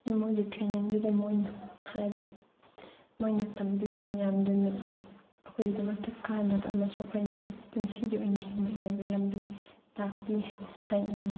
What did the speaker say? ꯑꯗꯨ ꯃꯣꯏꯒꯤ ꯇ꯭ꯔꯦꯅꯤꯡꯗꯨꯗꯅ ꯃꯣꯏꯅ ꯍꯥꯏ ꯃꯣꯏꯅ ꯇꯝꯕꯤꯕ ꯃꯌꯥꯝꯗꯨꯅ ꯑꯩꯈꯣꯏꯒꯤꯗꯃꯛꯇ ꯀꯥꯟꯅꯕ ꯑꯃꯁꯨ ꯑꯣꯏꯌꯦ ꯄꯨꯟꯁꯤꯒꯤ ꯑꯣꯏꯅ ꯍꯤꯡꯅꯉꯥꯏꯒꯤ ꯂꯝꯕꯤ ꯇꯥꯛꯄꯤ ꯍꯥꯏꯅ ꯍꯥꯏꯅꯤꯡꯉꯤ